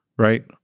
right